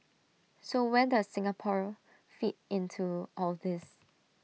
so where does Singapore fit into all this